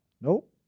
Nope